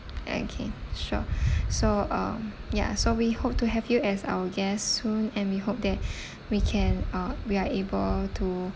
okay sure so um ya so we hope to have you as our guest soon and we hope that we can uh we are able to